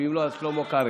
אם לא, אז שלמה קרעי.